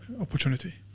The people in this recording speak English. opportunity